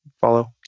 Follow